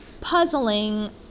puzzling